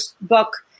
book